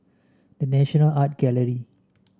The National Art Gallery